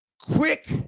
quick